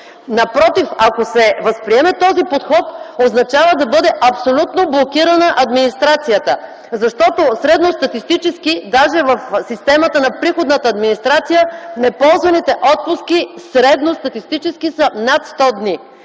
Напротив, ако се възприеме този подход означава да бъде абсолютно блокирана администрацията. Защото средностатистически даже в системата на приходната администрация неползваните отпуски средностатистически са над 100 дни.